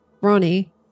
Ronnie